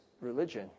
religion